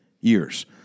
years